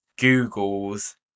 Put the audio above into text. Google's